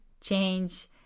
change